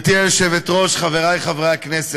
גברתי היושבת-ראש, חברי חברי הכנסת,